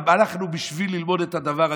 הלכנו בשביל ללמוד את הדבר הזה.